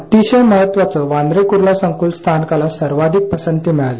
अतिशय महत्वाच्या वांद्रे कुर्ला संकुल स्थानकाला सर्वाधिक पसंती मिळाली